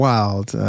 Wild